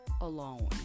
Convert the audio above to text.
alone